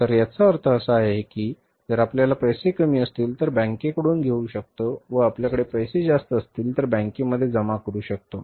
तर याचा अर्थ असा आहे की जर आपल्याकडे पैसे कमी असतील तर बँकेकडून घेऊ शकतो व आपल्याकडे पैसे जास्त असतील तर बँकेमध्ये जमा करू शकतो